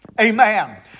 Amen